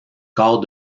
corps